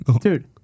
Dude